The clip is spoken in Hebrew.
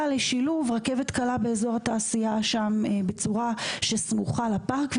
לשילוב רכבת קלה באזור התעשיה שם בצורה שסמוכה לפארק,